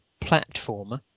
platformer